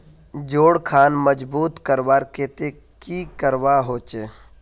जोड़ खान मजबूत करवार केते की करवा होचए?